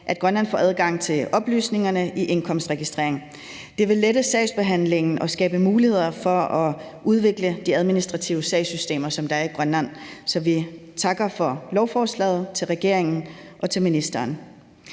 at Grønland får adgang til oplysningerne i indkomstregistreringen. Det vil lette sagsbehandlingen og skabe muligheder for at udvikle de administrative sagssystemer, som der er i Grønland, så vi siger tak for lovforslaget til regeringen og til ministeren.